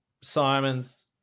Simons